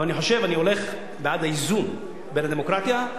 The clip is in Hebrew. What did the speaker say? אבל אני חושב שאני הולך בעד האיזון בין הדמוקרטיה,